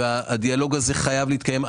הדיאלוג הזה חייב להתקיים.